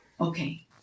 Okay